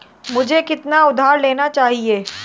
मुझे कितना उधार लेना चाहिए?